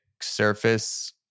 surface